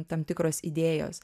tam tikros idėjos